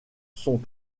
sont